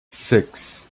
six